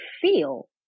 feel